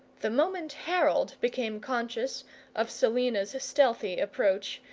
the moment harold became conscious of selina's stealthy approach,